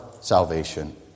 salvation